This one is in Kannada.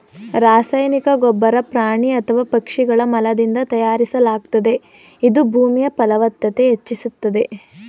ರಾಸಾಯನಿಕ ಗೊಬ್ಬರ ಪ್ರಾಣಿ ಅಥವಾ ಪಕ್ಷಿಗಳ ಮಲದಿಂದ ತಯಾರಿಸಲಾಗ್ತದೆ ಇದು ಭೂಮಿಯ ಫಲವ್ತತತೆ ಹೆಚ್ಚಿಸ್ತದೆ